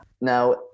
Now